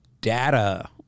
data